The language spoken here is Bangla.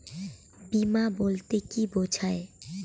বিমা বলতে কি বোঝায়?